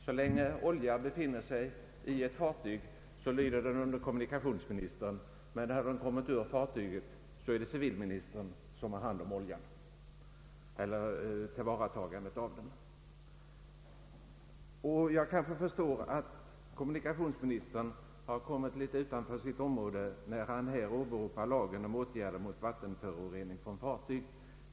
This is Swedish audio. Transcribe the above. Så länge oljan befinner sig i ett fartyg lyder den under kommunikationsministern, men när den kommit lös ur fartyget är det civilministern som har hand om tillvaratagandet av oljan. Jag kan förstå att kommunikationsministern har kommit litet utanför sitt område, när han åberopar lagen om åtgärder mot vattenförorening från fartyg.